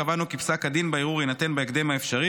קבענו כי פסק הדין בערעור יינתן בהקדם האפשרי